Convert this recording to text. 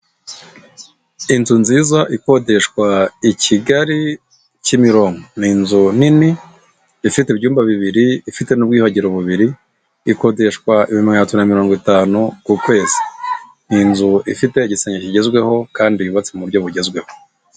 Inzu nziza ikodeshwa i Kigali, Kimironko. Ni inzu nini ifite ibyumba bibiri ifite n'ubwiyuhagire bubiri, ikodeshwa ibihumbi magana atatu mirongo itanu ku kwezi. Iyi nzu ifite igisenge kigezweho kandi yubatse mu buryo bugezweho.